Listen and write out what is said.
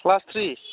class three